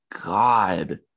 god